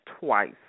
twice